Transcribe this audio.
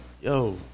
Yo